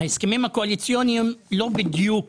ההסכמים הקואליציוניים לא בדיוק